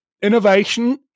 Innovation